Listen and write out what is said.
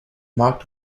markt